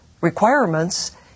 requirements